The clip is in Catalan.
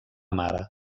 mare